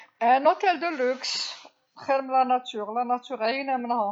فندق فخم، خير من الطبيعة، الطبيعة عيينا منها.